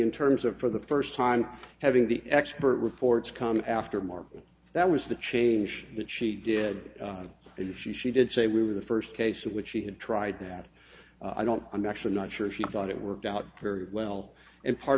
in terms of for the first time having the expert reports come after mark that was the change that she did and she she did say we were the first case of which she had tried that i don't i'm actually not sure she thought it worked out very well and part